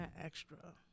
extra